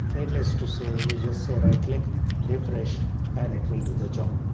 needless to say, he just say right click refresh and it will do the job.